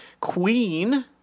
Queen